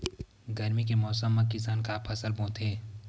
गरमी के मौसम मा किसान का फसल बोथे?